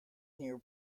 near